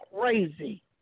crazy